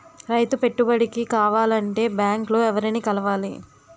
రైతు పెట్టుబడికి కావాలంటే బ్యాంక్ లో ఎవరిని కలవాలి?